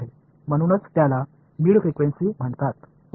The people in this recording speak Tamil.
எனவே அதையே இடைப்பட்டதான் அதிர்வெண் என்று அழைக்கப்படுகிறது